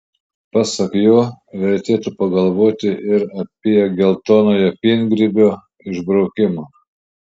pasak jo vertėtų pagalvoti ir apie geltonojo piengrybio išbraukimą